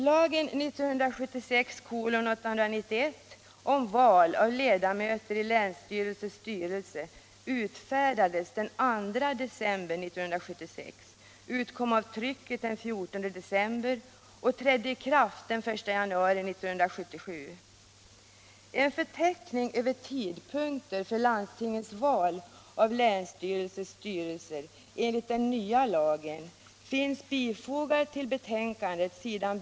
Lagen 1976:891 om val av ledamöter i länsstyrelses styrelse utfärdades den 2 december 1976, utkom av trycket den 14 december och trädde i kraft den 1 januari 1977. En förteckning över tidpunkter för landstingens val av länsstyrelsernas styrelser enligt den nya lagen finns fogad vid betänkandet, s.